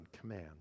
command